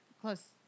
Close